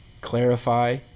clarify